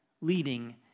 leading